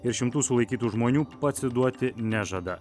ir šimtų sulaikytų žmonių pasiduoti nežada